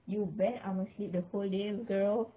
you bet I'm going to sleep the whole day girl